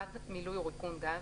מילוי או ריקון גז,